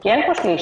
כי אין פה שליש,